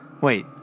Wait